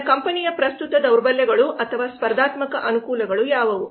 ನನ್ನ ಕಂಪನಿಯ ಪ್ರಸ್ತುತ ದೌರ್ಬಲ್ಯಗಳು ಅಥವಾ ಸ್ಪರ್ಧಾತ್ಮಕ ಅನಾನುಕೂಲಗಳು ಯಾವುವು